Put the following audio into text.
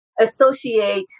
associate